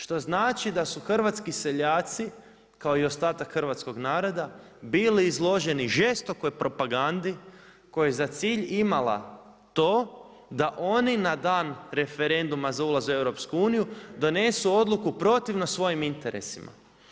Što znači da su hrvatski seljaci kao i ostatak hrvatskog naroda, bili izloženi žestokoj propagandi koja je za cilj imala to da oni na dan referenduma za ulazak u EU-a, donesu odluku protivno svojim interesima.